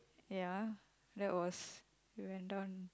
ya that was we went down